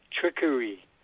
trickery